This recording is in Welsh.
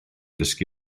dysgu